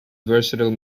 versatile